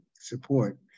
support